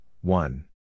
one